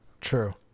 true